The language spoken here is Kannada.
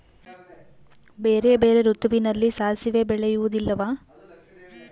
ಬೇರೆ ಬೇರೆ ಋತುವಿನಲ್ಲಿ ಸಾಸಿವೆ ಬೆಳೆಯುವುದಿಲ್ಲವಾ?